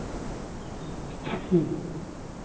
ᱦᱮᱸ ᱴᱷᱤᱠ